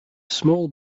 small